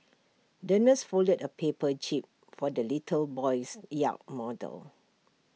the nurse folded A paper jib for the little boy's yacht model